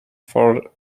for